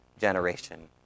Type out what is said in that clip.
generation